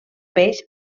peix